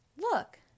look